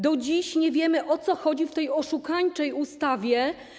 Do dziś nie wiemy, o co chodzi w tej oszukańczej ustawie.